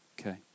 Okay